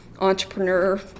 entrepreneur